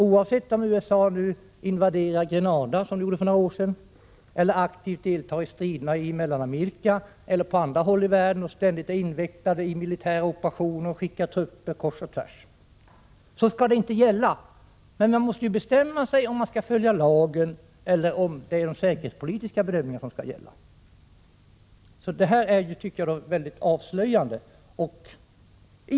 Oavsett om USA invaderar Grenada, som man gjorde för några år sedan, eller aktivt deltar i strider i Mellanamerika eller på andra håll i världen och ständigt är invecklat i militära operationer och skickar trupper kors och tvärs, skall lagstiftningen inte gälla! Men vi måste ju bestämma oss om vi skall följa lagen eller om de säkerhetspolitiska bedömningarna skall gälla. Detta tycker jag är väldigt avslöjande.